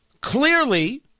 clearly